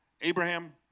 Abraham